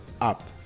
up